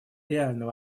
реальный